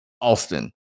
Austin